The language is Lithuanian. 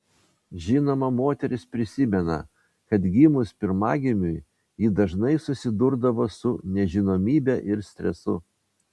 žinoma moteris prisimena kad gimus pirmagimiui ji dažnai susidurdavo su nežinomybe ir stresu